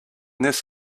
this